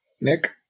Nick